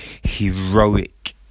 heroic